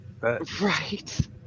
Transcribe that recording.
right